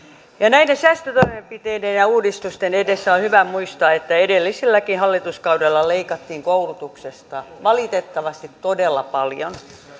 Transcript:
näiden säästötoimenpiteiden ja uudistusten edessä on hyvä muistaa että edelliselläkin hallituskaudella leikattiin koulutuksesta valitettavasti todella paljon